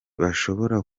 bashobora